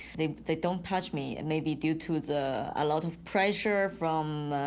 they they don't touch me and maybe due to the a lot of pressure from.